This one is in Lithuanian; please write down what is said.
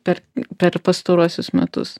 per per pastaruosius metus